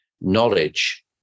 knowledge